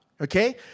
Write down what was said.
okay